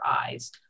eyes